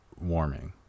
warming